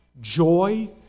joy